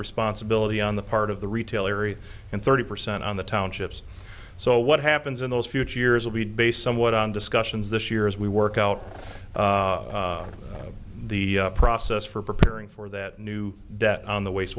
responsibility on the part of the retail area and thirty percent on the townships so what happens in those future years will be based somewhat on discussions this year as we work out the process for preparing for that new debt on the waste